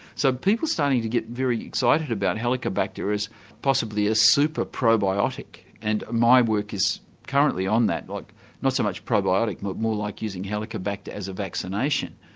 so people are starting to get very excited about helicobacter as possibly a super-probiotic, and my work is currently on that, like not so much probiotic but more like using helicobacter as a vaccination,